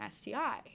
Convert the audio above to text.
STI